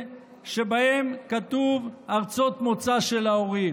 שבהן כתובים ארצות מוצא של ההורים.